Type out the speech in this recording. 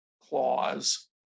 clause